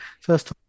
First